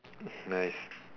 nice